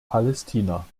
palästina